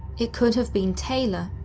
it could have been taylor,